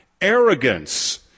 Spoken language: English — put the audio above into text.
arrogance